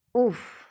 Oof